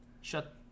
Shut